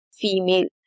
female